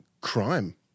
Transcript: crime